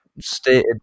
stated